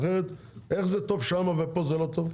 אחרת איך זה טוב שם ופה זה לא טוב?